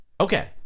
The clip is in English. Okay